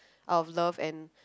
out of love and